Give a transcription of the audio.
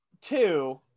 Two